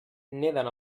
neden